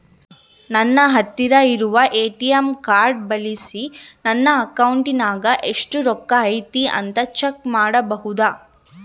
ನನ್ನ ಹತ್ತಿರ ಇರುವ ಎ.ಟಿ.ಎಂ ಕಾರ್ಡ್ ಬಳಿಸಿ ನನ್ನ ಅಕೌಂಟಿನಾಗ ಎಷ್ಟು ರೊಕ್ಕ ಐತಿ ಅಂತಾ ಚೆಕ್ ಮಾಡಬಹುದಾ?